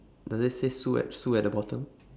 does it say sue at sue at the bottom